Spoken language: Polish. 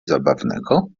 zabawnego